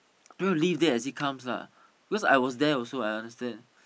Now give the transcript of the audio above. trying to live that as it comes lah cause I was there also I understand